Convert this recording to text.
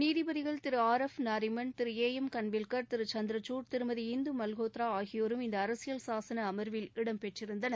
நீதிபதிகள் திரு R F Nariman திரு ஏ எம் கன்வில்கர் திரு சந்திரசுட் திருமதி இந்து மல்கோத்ரா ஆகியோரும் இந்த அரசியல் சாசன அமர்வில் இடம்பெற்றிருந்தனர்